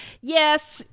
Yes